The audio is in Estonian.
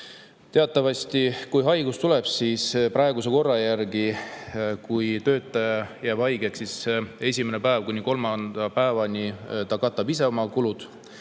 Teatavasti, kui haigus tuleb, siis praeguse korra järgi, kui töötaja jääb haigeks, ta esimesest päevast kuni kolmanda päevani katab kulud